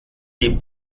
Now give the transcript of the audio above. die